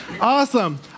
Awesome